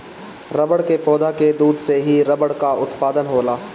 रबड़ के पौधा के दूध से ही रबड़ कअ उत्पादन होला